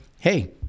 hey